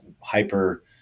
hyper